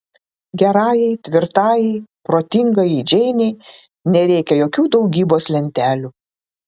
gerajai tvirtajai protingajai džeinei nereikia jokių daugybos lentelių